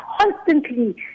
constantly